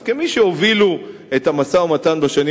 אז כמי שהובילו את המשא-ומתן בשנים